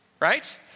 right